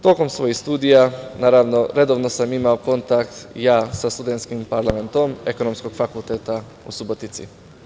Tokom svojih studija, naravno, redovno sam imao kontakt sa studentskim parlamentom Ekonomskog fakulteta u Subotici.